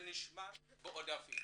ונשמר בעודפים.